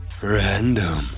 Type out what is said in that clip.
Random